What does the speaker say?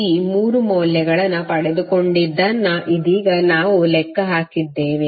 ಈ 3 ಮೌಲ್ಯಗಳನ್ನು ಪಡೆದುಕೊಂಡಿದ್ದನ್ನು ಇದೀಗ ನಾವು ಲೆಕ್ಕ ಹಾಕಿದ್ದೇವೆ